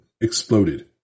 exploded